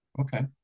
okay